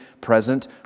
present